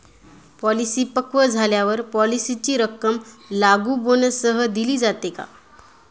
Policy पक्व झाल्यावर पॉलिसीची रक्कम लागू बोनससह दिली जाते का?